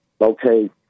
Okay